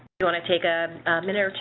you want to take a minute or two